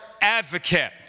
advocate